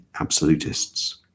absolutists